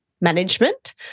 management